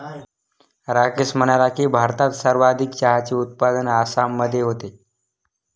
राकेश म्हणाला की, भारतात सर्वाधिक चहाचे उत्पादन आसाममध्ये होते